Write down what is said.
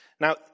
Now